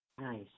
Nice